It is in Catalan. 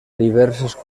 diverses